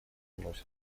носят